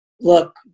look